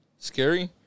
scary